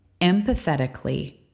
empathetically